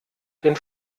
den